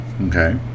Okay